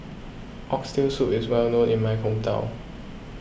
Oxtail Soup is well known in my hometown